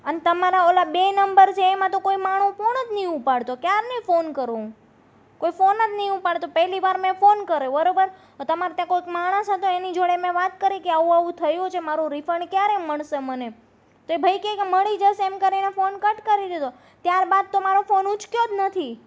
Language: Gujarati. અન તમારા પેલા બે નંબર છે એમાં તો કોઈ માણસ ફોન જ નથી ઉપાડતો ક્યારની ફોન કરું હું કોઈ ફોન જ નથી ઉપાડતો પહેલી વાર મેં ફોન કર્યો બરોબર તો તમારે ત્યાં કોક માણસ હતો એની જોડે મેં વાત કરી કે આવું આવું થયું છે મારું રિફંડ ક્યારે મળશે મને તો એ ભાઈ કે કે મળી જશે એમ કરીને ફોન કટ કરી દીધો ત્યાર બાદ તો મારો ફોન ઉંચક્યો જ નથી